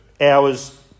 hours